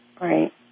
Right